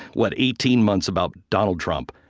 what, eighteen months about donald trump.